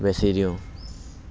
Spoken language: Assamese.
বেচি দিওঁ